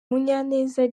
munyaneza